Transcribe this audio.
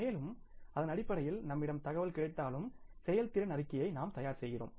மேலும் அதன் அடிப்படையில் நம்மிடம் தகவல் கிடைத்தாலும் செயல்திறன் அறிக்கையை நாம் தயார் செய்கிறோம்